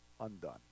undone